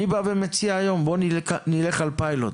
אני בא ומציע היום, בוא נלך על פיילוט